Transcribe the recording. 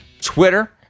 Twitter